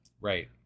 right